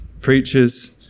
preachers